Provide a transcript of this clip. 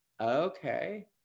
okay